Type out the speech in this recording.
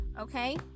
okay